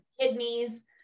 kidneys